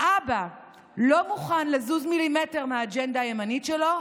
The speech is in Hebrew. האבא לא מוכן לזוז מילימטר מהאג'נדה הימנית שלו,